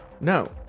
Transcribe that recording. no